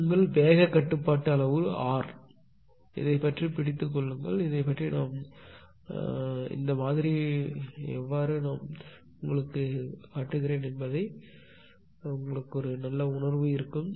இது உங்கள் வேகக் கட்டுப்பாட்டு அளவுரு ஆர் இதைப் பற்றிப் பிடித்துக் கொள்ளுங்கள் இதைப் பற்றி நாம் எப்படி இந்த மாதிரியை வளர்த்துக் கொள்கிறேன் உங்களுக்கு ஒரு நல்ல உணர்வு இருக்கும்